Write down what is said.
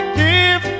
give